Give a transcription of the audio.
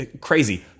crazy